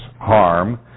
harm